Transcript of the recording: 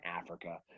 Africa